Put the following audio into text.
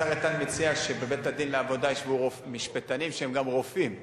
השר איתן מציע שבבית-הדין לעבודה ישבו משפטנים שהם גם רופאים.